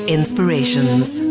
Inspirations